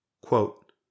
Quote